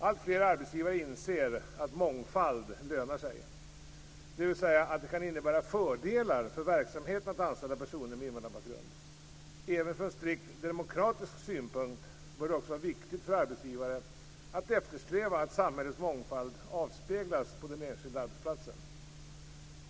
Alltfler arbetsgivare inser att mångfald lönar sig, dvs. att det kan innebära fördelar för verksamheten att anställa personer med invandrarbakgrund. Även från strikt demokratisk synpunkt bör det vara viktigt för arbetsgivare att eftersträva att samhällets mångfald avspeglas på den enskilda arbetsplatsen.